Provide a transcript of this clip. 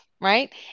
right